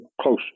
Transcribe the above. close